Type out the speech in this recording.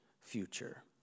future